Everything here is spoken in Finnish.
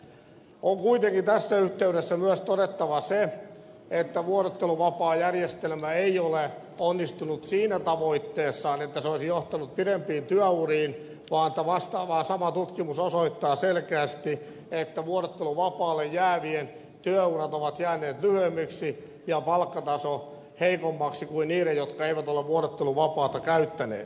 on kuitenkin tässä yhteydessä myös todettava se että vuorotteluvapaajärjestelmä ei ole onnistunut siinä tavoitteessaan että se olisi johtanut pidempiin työuriin vaan sama tutkimus osoittaa selkeästi että vuorotteluvapaalle jäävien työurat ovat jääneet lyhyemmiksi ja palkkataso heikommaksi kuin niiden jotka eivät ole vuorotteluvapaata käyttäneet